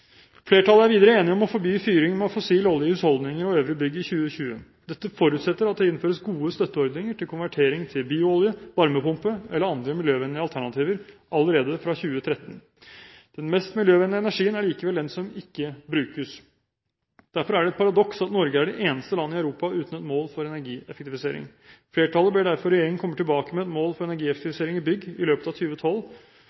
Flertallet er videre enig om å forby fyring med fossil olje i husholdninger og øvrige bygg i 2020. Dette forutsetter at det innføres gode støtteordninger til konvertering til bioolje, varmepumpe eller andre miljøvennlige alternativer allerede fra 2013. Den mest miljøvennlige energien er likevel den som ikke brukes. Derfor er det et paradoks at Norge er det eneste landet i Europa uten et mål for energieffektivisering. Flertallet ber derfor regjeringen komme tilbake med et mål for